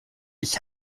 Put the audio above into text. ich